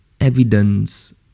evidence